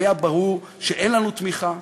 היה ברור שאין לנו תמיכה,